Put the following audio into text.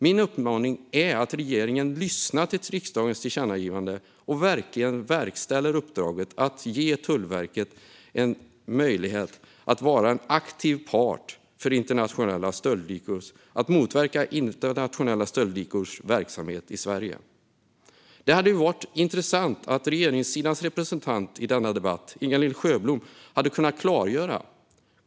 Min uppmaning är att regeringen lyssnar på riksdagens tillkännagivande och verkställer uppdraget att ge Tullverket möjlighet att vara en aktiv part i att motverka internationella stöldligors verksamhet i Sverige. Det hade varit intressant att höra regeringens representant i denna debatt, Inga-Lill Sjöblom, klargöra detta.